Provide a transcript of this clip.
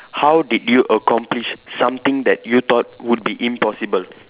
how did you accomplish something that you thought would be impossible